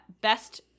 best